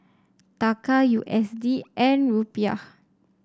Taka U S D and Rupiah